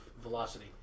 velocity